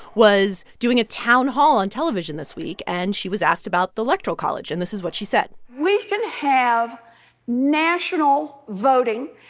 was doing a town hall on television this week and she was asked about the electoral college. and this is what she said we can have national voting.